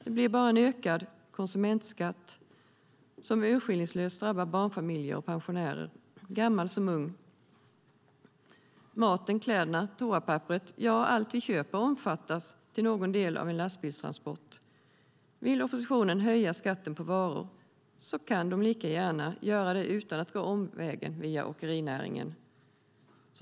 Det blir bara en ökad konsumentskatt som urskillningslöst drabbar barnfamiljer och pensionärer, gammal som ung. Maten, kläderna, toapappret, ja allt vi köper omfattas till någon del av en lastbilstransport. Vill oppositionen höja skatten på varor kan de lika gärna göra det utan att gå omvägen via åkerinäringen.